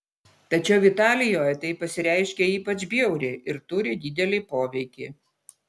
tačiau italijoje tai pasireiškia ypač bjauriai ir turi didelį poveikį